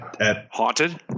Haunted